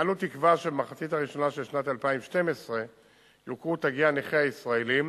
אנו תקווה שבמחצית הראשונה של שנת 2012 יוכרו תגי הנכה הישראליים